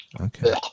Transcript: Okay